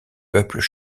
peuples